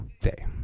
day